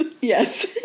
Yes